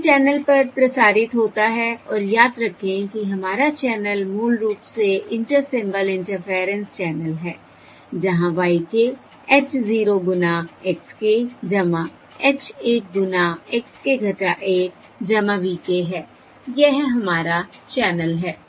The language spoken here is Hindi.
यह चैनल पर प्रसारित होता है और याद रखें कि हमारा चैनल मूल रूप से इंटर सिंबल इंटरफेयरेंस चैनल है जहां y k h 0 गुना x k h 1 गुना x k - 1 v k है यह हमारा चैनल है